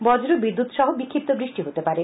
বজ্র বিদ্যুৎসহ বিক্ষিপ্ত বৃষ্টি হতে পারে